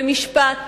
במשפט,